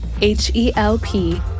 H-E-L-P